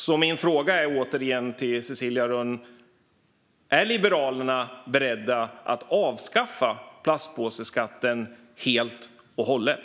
Så min fråga, återigen, till Cecilia Rönn är: Är Liberalerna beredda att avskaffa plastpåseskatten helt och hållet?